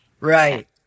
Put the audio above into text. Right